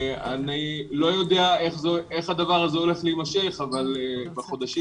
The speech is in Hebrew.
אני לא יודע איך הדבר הזה הולך להימשך אבל לגבי החודשים